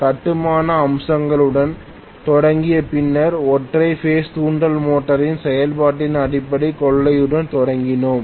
கட்டுமான அம்சங்களுடன் தொடங்கிய பின்னர் ஒற்றை பேஸ் தூண்டல் மோட்டரின் செயல்பாட்டின் அடிப்படைக் கொள்கையுடன் தொடங்கினோம்